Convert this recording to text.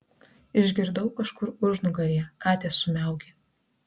išgirdau kažkur užnugaryje katės sumiaukė